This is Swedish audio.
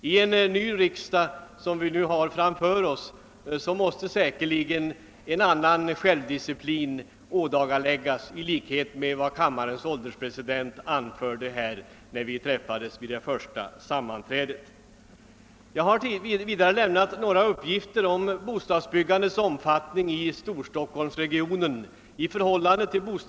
I en ny riksdag, som vi har framför oss, måste en annan självdisciplin ådagaläggas, såsom kammarens ålderspresident anförde när vi träffades vid det första sammanträdet i år. Jag har i dag lämnat några uppgifter om bostadsbyggandets omfattning i Stockholmsregionen och i landet i övrigt.